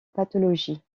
pathologie